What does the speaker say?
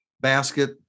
basket